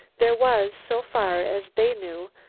there was, so far as they knew,